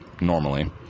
normally